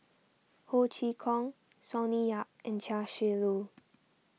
Ho Chee Kong Sonny Yap and Chia Shi Lu